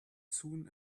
soon